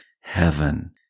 heaven